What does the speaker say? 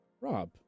Rob